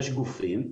יש גופים,